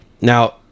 Now